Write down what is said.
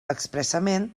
expressament